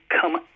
come